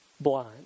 blind